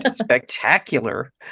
spectacular